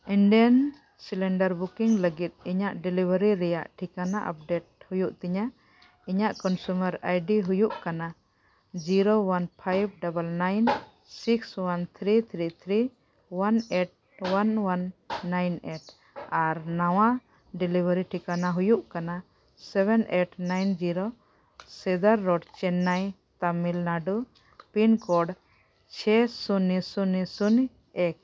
Indane cylinder booking ᱞᱟᱹᱜᱤᱫ ᱤᱧᱟᱹᱜ delivery ᱨᱮᱭᱟᱜ ᱴᱷᱤᱠᱟᱱᱟ ᱟᱯᱰᱮᱹᱴ ᱦᱩᱭᱩᱜ ᱛᱤᱧᱟ ᱤᱧᱟᱹᱜ ᱠᱚᱱᱡᱩᱢᱟᱨ ᱟᱭᱰᱤ ᱦᱩᱭᱩᱜ ᱠᱟᱱᱟ zero one five double nine six one three three three one eight one one nine eight ᱟᱨ ᱱᱟᱣᱟ ᱰᱮᱞᱤᱵᱷᱟᱨᱤ ᱴᱷᱤᱠᱟᱱᱟ ᱦᱩᱭᱩᱜ ᱠᱟᱱᱟ ᱥᱮᱵᱷᱮᱱ ᱮᱭᱤᱴ ᱱᱟᱭᱤᱱ ᱡᱤᱨᱳ ᱥᱤᱫᱟ road Chennai Tamil Nadu pin code ᱪᱷᱮ ᱥᱩᱱᱱᱚ ᱥᱩᱱᱱᱚ ᱮᱠ